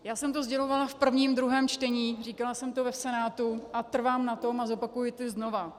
Já jsem to sdělovala v prvním, druhém čtení, říkala jsem to v Senátu a trvám na tom a zopakuji to znova.